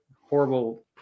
horrible